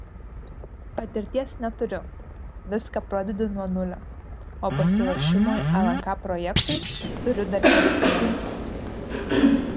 patirties neturiu viską pradedu nuo nulio o pasiruošimui lnk projektui turiu dar kelis mėnesius